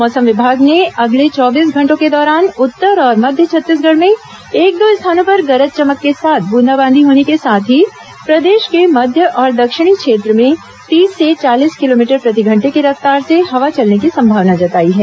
मौसम विभाग ने अगले चौबीस घंटों के दौरान उत्तर और मध्य छत्तीसगढ़ में एक दो स्थानों पर गरज चमक के साथ ब्रंदाबांदी होने के साथ ही प्रदेश के मध्य और दक्षिणी क्षेत्र में तीस से चालीस किलोमीटर प्रतिघंटे की रफ्तार से हवा चलने की संभावना जताई है